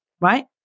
right